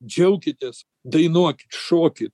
džiaukitės dainuokit šokit